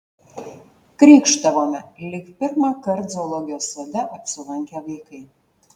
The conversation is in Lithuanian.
krykštavome lyg pirmąkart zoologijos sode apsilankę vaikai